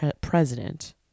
president